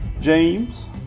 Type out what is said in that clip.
James